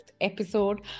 episode